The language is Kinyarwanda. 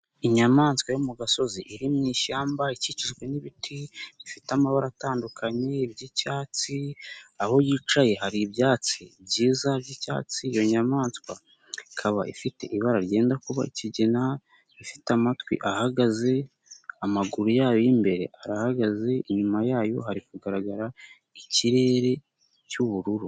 Inyamaswa yo mu gasozi iri mu ishyamba ikikijwe n'ibiti bifite amabara atandukanye iry'icyatsi, aho yicaye hari ibyatsi byiza byicyatsi iyo nyamanswa ikaba ifite ibara ryenda kuba ikigina, ifite amatwi ahagaze, amaguru yayo y'imbere arahagaze inyuma yayo hari kugaragara ikirere cy'ubururu.